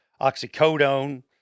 oxycodone